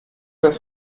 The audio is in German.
das